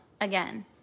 again